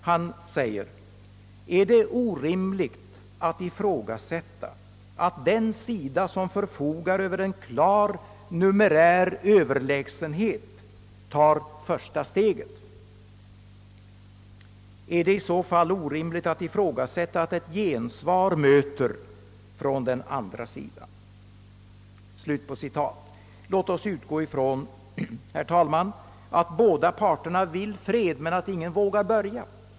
Han säger: »Är det orimligt att ifrågasätta, att den sida som förfogar över en klar numerär överlägsenhet tar första steget? Är det i så fall orimligt att ifrågasätta att ett gensvar möter från den andra sidan?» Låt oss utgå från, herr talman, att båda parterna vill fred men att ingen vågar börja.